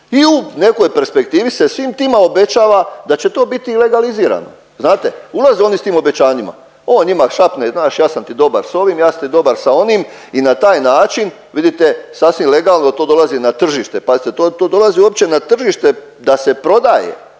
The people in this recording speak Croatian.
i u nekoj perspektivi se svim tima obećava da će to biti legalizirano. Znate, ulaze oni s tim obećanjima. On njima šapne znaš ja sam ti dobar s ovim, ja sam ti dobar sa onim i na taj način vidite sasvim legalno to dolazi na tržište. Pazite, to, to dolazi uopće na tržište da se prodaje,